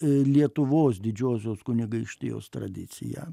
lietuvos didžiosios kunigaikštijos tradiciją